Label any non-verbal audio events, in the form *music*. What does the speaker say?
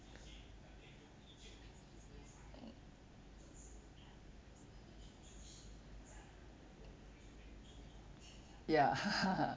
mm ya *laughs*